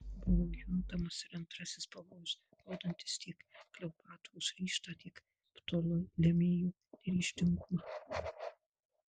buvo juntamas ir antrasis pavojus rodantis tiek kleopatros ryžtą tiek ptolemėjo neryžtingumą